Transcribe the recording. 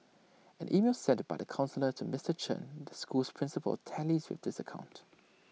an email sent by the counsellor to Mister Chen the school's principal tallies with this account